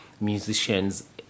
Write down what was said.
musicians